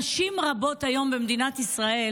נשים רבות היום במדינת ישראל